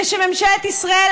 ושממשלת ישראל,